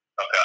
Okay